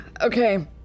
Okay